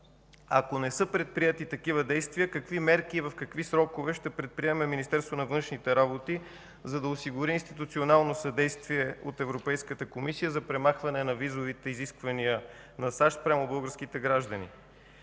Ако не са предприети такива действия, какви мерки и в какви срокове ще предприеме Министерството на външните работи, за да осигури институционално съдействие от Европейската комисия за премахване на визовите изисквания на САЩ спрямо българските граждани?